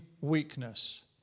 weakness